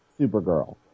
Supergirl